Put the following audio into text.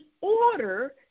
order